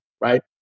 right